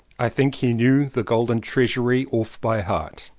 i think he knew the golden treasury off by heart.